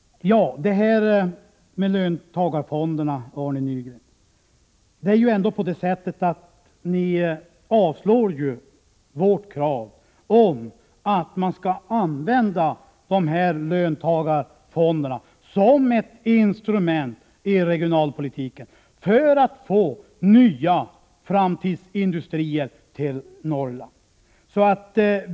När det gäller löntagarfonderna avstyrker ni ju, Arne Nygren, vårt krav att man skall använda dem som ett instrument i regionalpolitiken för att få nya framtidsindustrier till Norrland.